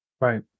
Right